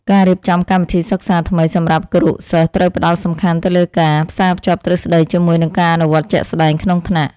ការរៀបចំកម្មវិធីសិក្សាថ្មីសម្រាប់គរុសិស្សត្រូវផ្តោតសំខាន់ទៅលើការផ្សារភ្ជាប់ទ្រឹស្តីជាមួយនឹងការអនុវត្តជាក់ស្តែងក្នុងថ្នាក់។